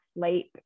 sleep